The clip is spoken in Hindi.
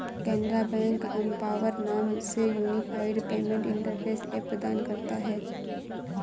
केनरा बैंक एम्पॉवर नाम से यूनिफाइड पेमेंट इंटरफेस ऐप प्रदान करता हैं